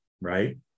right